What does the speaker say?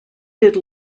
did